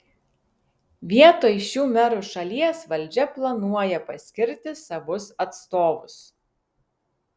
vietoj šių merų šalies valdžia planuoja paskirti savus atstovus